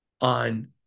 on